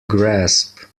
grasp